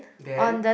then